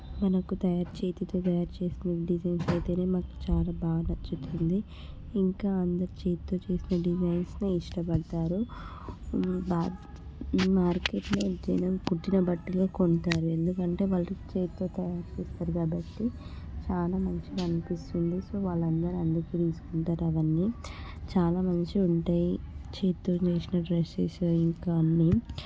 మనకు తయారు చేతితో తయారు చేసిన డిజైన్ అయితే మనకు చాలా బాగా నచ్చుతుంది ఇంకా అందరు చేతితో చేసిన డిజైన్స్ను ఇష్టపడతారు బట్ మార్కెట్లో అయితే ఏమో కుట్టిన బట్టలు కొంటారు ఎందుకంటే వాళ్ళు చేతితో తయారు చేస్తారు కాబట్టి చాలా మంచిగా అనిపిస్తుంది సో వాళ్ళందరు అందుకే తీసుకుంటారు అవన్నీ చాలా మంచిగా ఉంటాయి చేతితో చేసిన డ్రెస్సెస్ ఇంకా అని